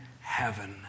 heaven